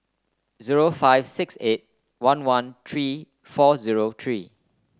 zero five six eight one one three four zero three